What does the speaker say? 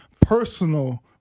personal